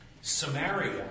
Samaria